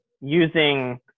using